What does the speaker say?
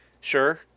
Sure